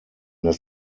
das